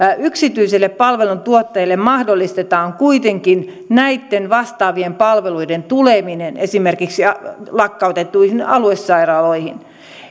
yksityisille palveluntuottajille mahdollistetaan kuitenkin näitten vastaavien palveluiden tuleminen esimerkiksi lakkautettuihin aluesairaaloihin